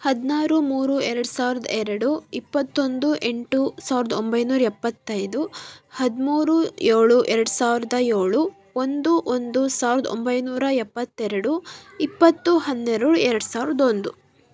ಹದಿನಾರು ಮೂರು ಎರಡು ಸಾವಿರದ ಎರಡು ಇಪ್ಪತ್ತೊಂದು ಎಂಟು ಸಾವಿರದ ಒಂಬೈನೂರ ಎಪ್ಪತ್ತೈದು ಹದಿಮೂರು ಏಳು ಎರಡು ಸಾವಿರದ ಏಳು ಒಂದು ಒಂದು ಸಾವಿರದ ಒಂಬೈನೂರ ಎಪ್ಪತ್ತೆರಡು ಇಪ್ಪತ್ತು ಹನ್ನೆರಡು ಎರಡು ಸಾವಿರದ ಒಂದು